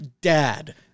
dad